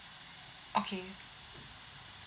okay